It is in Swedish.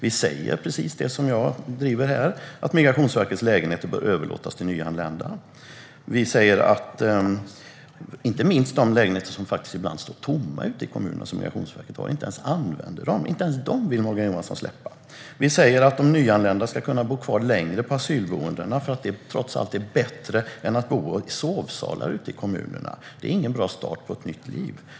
Vi säger precis det som jag driver här, att Migrationsverkets lägenheter bör överlåtas till nyanlända. Morgan Johansson vill inte ens släppa de lägenheter som Migrationsverket har ute i kommunerna som ibland står tomma och inte används. Vi säger att de nyanlända ska kunna bo kvar längre på asylboendena därför att det trots allt är bättre än att bo i sovsalar ute i kommunerna. Det är ingen bra start på ett nytt liv.